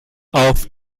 auf